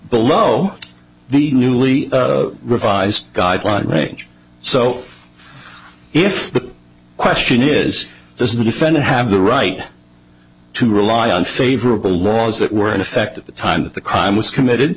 below the newly revised guideline range so if the question is does the defendant have the right to rely on favorable laws that were in effect at the time that the crime was committed